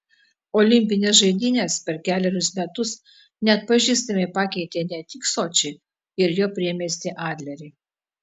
olimpinės žaidynės per kelerius metus neatpažįstamai pakeitė ne tik sočį ir jo priemiestį adlerį